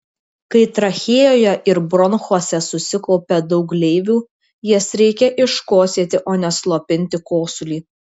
kai trachėjoje ir bronchuose susikaupia daug gleivių jas reikia iškosėti o ne slopinti kosulį